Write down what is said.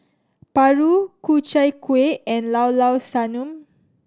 paru Ku Chai Kueh and Llao Llao Sanum